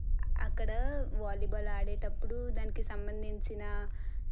అక్కడ వాలీబాల్ ఆడేటప్పుడు దానికి సంబంధించిన